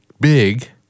big